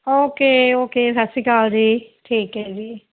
okay okay ਸਤਿ ਸ਼੍ਰੀ ਅਕਾਲ ਜੀ ਠੀਕ ਹੈ ਜੀ